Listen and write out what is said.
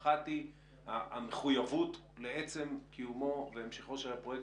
נקודה אחת היא המחויבות לעצם קיומו והמשכו של הפרויקט